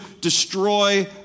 destroy